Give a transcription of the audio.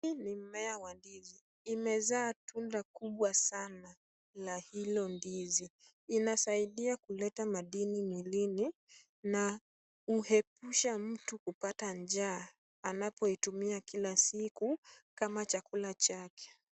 Hii ni mmea wa ndizi. Imezaa tunda kubwa sana la hilo ndizi. Inasaidia kuleta madini mwilini na huepusha mtu kupata njaa anapoitumia kila siku kama chakula chake.